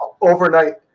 Overnight